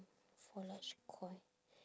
four large koi